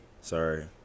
Sorry